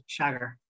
Shagger